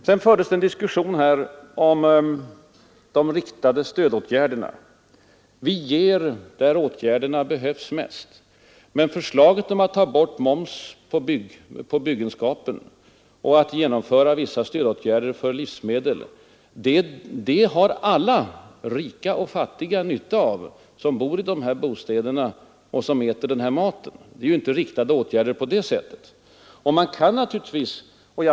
Sedan förde herr Sträng en diskussion om riktade stödåtgärder. Vi sätter in åtgärderna där de bäst behövs — hette det. Men alla — rika som fattiga — har nytta av förslag om att ta bort momsen på byggenskapen och att ge vissa subventioner för livsmedel, alla som bor i bostäderna och som äter maten. Det är alltså inte fråga om riktade åtgärder i den bemärkelsen att endast de mest behövande får glädje av dem.